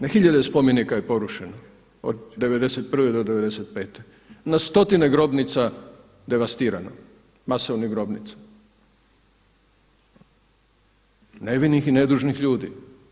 Na hiljade je spomenika porušeno od 91. do 95., na stotine grobnica devastirano, masovnih grobnica, nevinih i nedužnih ljudi.